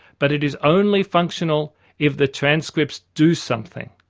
but it is only functional if the transcripts do something.